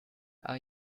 are